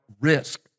risk